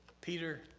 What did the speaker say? Peter